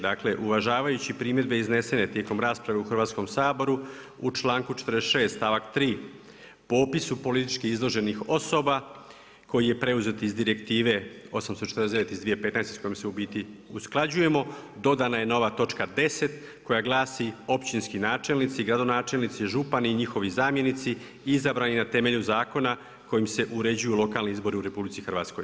Dakle, uvažavajući primjedbe iznesene tijekom rasprave u Hrvatskom saboru, u članku 46. stavak 3, po opisu političkih izloženih osoba koji je preuzet iz Direktive 849 iz 2015. s kojom se u biti usklađujemo dodana je nova točka 10. koja glasi „Općinski načelnici, gradonačelnici i župani i njihovi zamjenici izabrani na temelju zakona kojim se uređuju lokalni izbor i u RH.